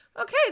okay